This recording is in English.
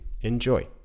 Enjoy